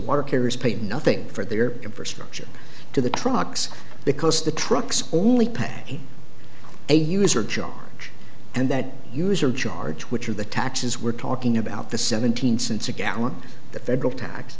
care is paid nothing for their infrastructure to the trucks because the trucks only pack a user charge and that user charge which are the taxes we're talking about the seventeen cents a gallon the federal tax